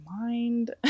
mind